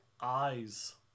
Eyes